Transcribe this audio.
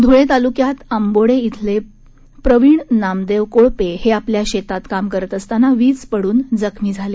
धुळे तालुक्यात आंबोडे श्रिले प्रवीण नामदेव कोळपे हे आपल्या शेतात काम करत असताना वीज पडून जखमी झाले